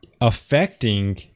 affecting